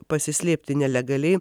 pasislėpti nelegaliai